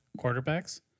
quarterbacks